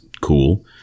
cool